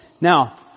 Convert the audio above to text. Now